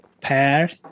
pair